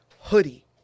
hoodie